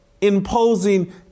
imposing